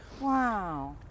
wow